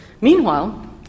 Meanwhile